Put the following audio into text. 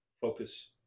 focus